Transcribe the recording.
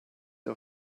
are